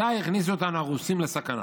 עתה הכניסו אותנו הרוסים לסכנה,